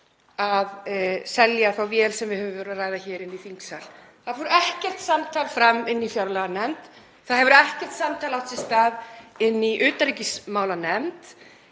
að selja þá vél sem við höfum verið að ræða hér í þingsal. Það fór ekkert samtal fram í fjárlaganefnd. Það hefur ekkert samtal átt sér stað í utanríkismálanefnd.